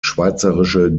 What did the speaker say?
schweizerische